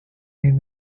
need